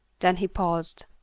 then he paused.